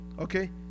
Okay